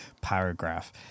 paragraph